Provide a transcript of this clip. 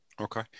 Okay